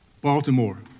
Baltimore